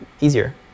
easier